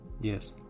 yes